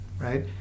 right